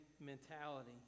mentality